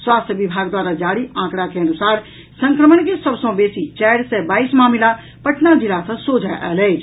स्वास्थ्य विभाग द्वारा जारी आंकड़ा के अनुसार संक्रमण के सभ सॅ बेसी चारि सय बाईस मामिला पटना जिला सॅ सोझा आयल अछि